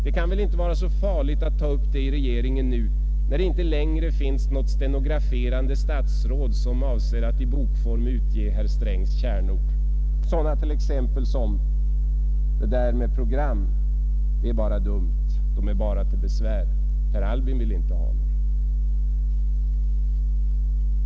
Det kan väl inte vara så farligt att ta upp det i regeringen nu när det inte längre finns något stenograferande statsråd som avser att i bokform utge herr Strängs kärnord, såsom: det där med program — det är bara dumt; det är bara till besvär; Per Albin ville inte ha några.